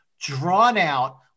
drawn-out